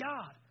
God